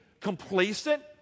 complacent